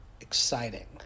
exciting